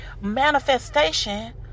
manifestation